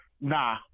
Nah